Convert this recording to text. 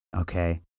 Okay